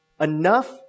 enough